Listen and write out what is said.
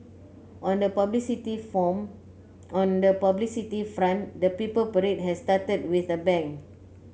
on the publicity from on the publicity front the Purple Parade has started with a bang